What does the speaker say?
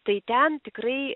tai ten tikrai